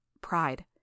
pride